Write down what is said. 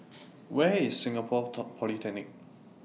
Where IS Singapore Polytechnic